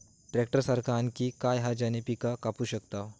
Tractor सारखा आणि काय हा ज्याने पीका कापू शकताव?